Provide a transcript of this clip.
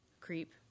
Creep